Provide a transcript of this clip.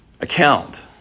account